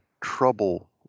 trouble